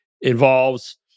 involves